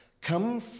come